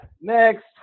next